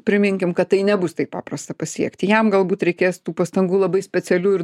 priminkim kad tai nebus taip paprasta pasiekti jam galbūt reikės tų pastangų labai specialių ir